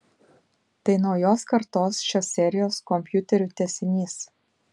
tai naujos kartos šios serijos kompiuterių tęsinys